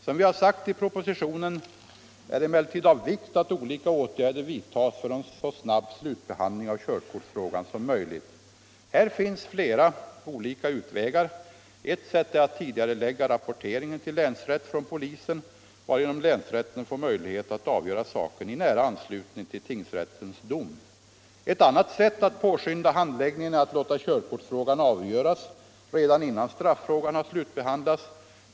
Som vi har sagt i propositionen är det emellertid av vikt att olika åtgärder vidtas för en så snabb slutbehandling av körkortsfrågor som möjligt. Här finns flera olika utvägar. Ett sätt är att tidigarelägga rapporteringen till länsrätt från polisen, varigenom länsrätten får möjlighet att avgöra saken i nära anslutning till tingsrättens dom. Ett annat sätt att påskynda handläggningen är att låta körkortsfrågan avgöras redan innan straffrågan har slutbehandlats.